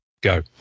Go